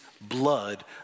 blood